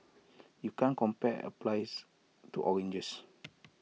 you can't compare applies to oranges